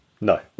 No